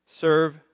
Serve